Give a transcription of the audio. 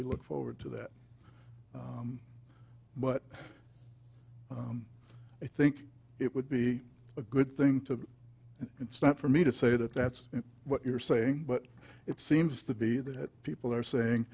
we look forward to that but i think it would be a good thing to it's not for me to say that that's what you're saying but it seems to be that people are saying